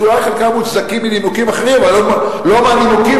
שאולי חלקם מוצדקים מנימוקים אחרים אבל לא מהנימוקים